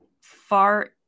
far